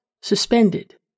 suspended